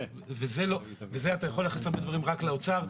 בזה אתה יכול לייחס את הדברים רק לאוצר.